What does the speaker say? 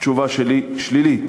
התשובה שלי שלילית.